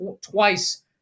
twice